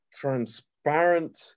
transparent